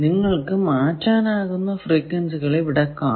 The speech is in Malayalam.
നിങ്ങൾക്കു മാറ്റാനാകുന്ന ഫ്രീക്വൻസികൾ ഇവിടെ കാണാം